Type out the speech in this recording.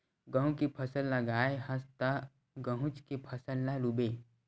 गहूँ के फसल लगाए हस त गहूँच के फसल ल लूबे